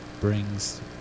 brings